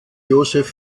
josef